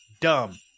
Dumb